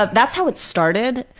but that's how it started,